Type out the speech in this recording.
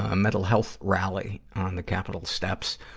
ah mental health rally on the capitol steps.